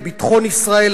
לביטחון ישראל,